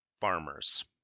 farmers